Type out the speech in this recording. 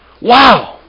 Wow